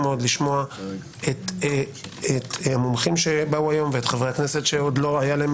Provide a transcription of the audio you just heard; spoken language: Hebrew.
לשמוע את המומחים שבאו היום ואת חברי הכנסת שלא הייתה להם